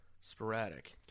sporadic